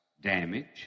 damage